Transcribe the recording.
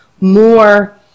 more